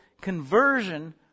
conversion